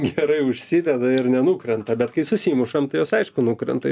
gerai užsideda ir nenukrenta bet kai susimušam tai jos aišku nukrenta